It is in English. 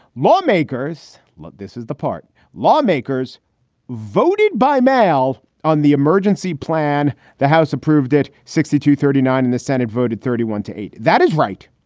lawmakers look, this is the part. lawmakers voted by mail on the emergency plan. the house approved it sixty to thirty nine and the senate voted thirty one to eight. that is right.